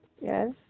Yes